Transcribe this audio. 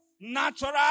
Natural